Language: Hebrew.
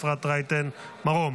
אפרת רייטן מרום.